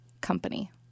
company